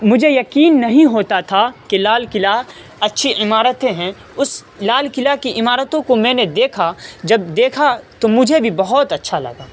مجھے یقین نہیں ہوتا تھا کہ لال قلعہ اچّھی عمارتیں ہیں اس لال قلعہ کی عمارتوں کو میں نے دیکھا جب دیکھا تو مجھے بھی بہت اچّھا لگا